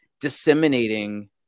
disseminating